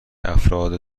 افراد